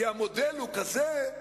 כי המודל הוא כזה,